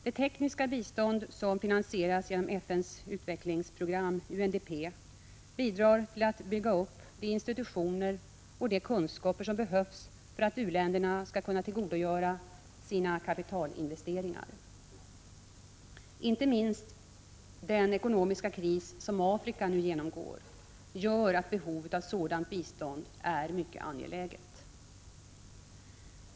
Det tekniska bistånd som finansieras genom FN:s utvecklingsprogram UNDP bidrar till att bygga upp de institutioner och de kunskaper som behövs för att u-länderna skall kunna tillgodogöra sig kapitalinvesteringar. Inte minst den ekonomiska kris som Afrika nu genomgår gör att sådant bistånd är mycket angeläget.